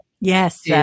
Yes